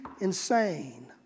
insane